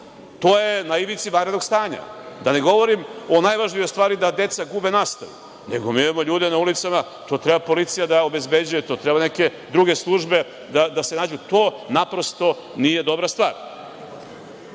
To je na ivici vanrednog stanja. Da ne govorim o najvažnijoj stvari, da deca gube nastavu. Mi imamo ljude na ulicama, to treba policija da obezbeđuje, to treba neke druge službe da se nađu, to, naprosto, nije dobra stvar. Zato,